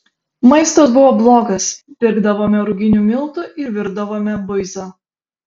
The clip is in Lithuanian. maistas buvo blogas pirkdavome ruginių miltų ir virdavome buizą